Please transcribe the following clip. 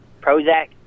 Prozac